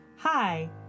Hi